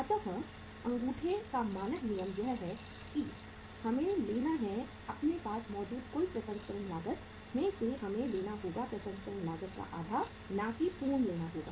अतः अंगूठे का मानक नियम यह है कि हमें लेना है अपने पास मौजूद कुल प्रसंस्करण लागत मैं से हमें लेना होगा प्रसंस्करण लागत का आधा ना की पूर्ण लेना होगा